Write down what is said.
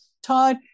Todd